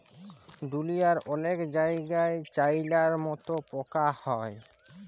দুঁলিয়ার অলেক জায়গাই চাইলার মতল পকা খায়